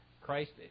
Christ